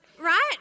right